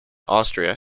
austria